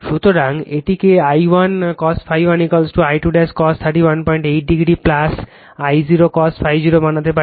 সুতরাং এটিকে I1 cos ∅ 1 I2 cos 318 degree I0 cos ∅ 0 বানাতে পারি